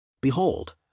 Behold